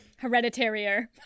Hereditary